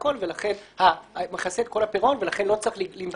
כל הפירעון ולכן לא צריך לנגוס במקדמה.